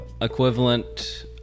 equivalent